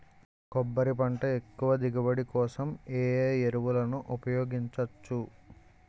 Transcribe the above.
కొబ్బరి పంట ఎక్కువ దిగుబడి కోసం ఏ ఏ ఎరువులను ఉపయోగించచ్చు?